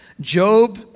Job